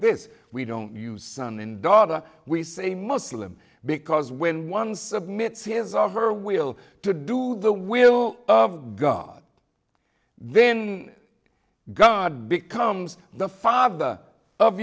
this we don't use son and daughter we say muslim because when one submit his or her will to do the will of god then god becomes the father of